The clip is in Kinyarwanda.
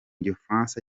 gifaransa